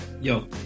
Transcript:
Yo